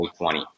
2020